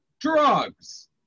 drugs